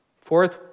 Fourth